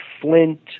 flint